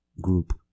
group